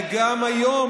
וגם היום,